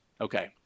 Okay